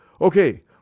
Okay